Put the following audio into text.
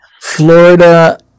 Florida